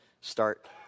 start